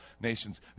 nations